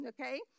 Okay